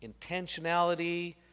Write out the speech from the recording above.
intentionality